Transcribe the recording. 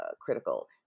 critical